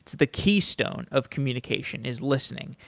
the keystone of communication is listening,